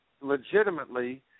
legitimately